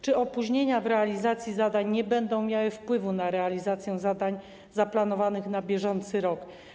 Czy opóźnienia w realizacji zadań nie będą miały wpływu na realizację zadań zaplanowanych na bieżący rok?